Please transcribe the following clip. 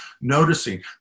noticing